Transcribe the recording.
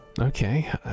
okay